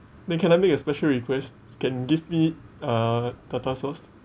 then can I make a special request can give me uh tartar sauce